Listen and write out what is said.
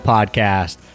Podcast